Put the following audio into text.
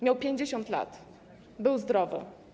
Miał 50 lat, był zdrowy.